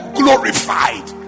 glorified